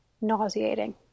nauseating